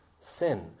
sin